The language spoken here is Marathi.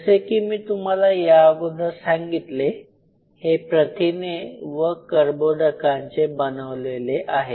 जसे की मी तुम्हाला या अगोदर सांगितले हे प्रथिने व कर्बोदकांचे बनवलेले आहे